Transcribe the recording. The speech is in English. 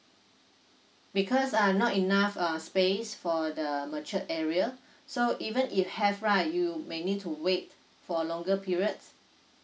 because are not enough uh space for the mature area so even if have right you may need to wait for longer periods